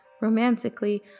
romantically